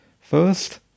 first